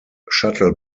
shuttle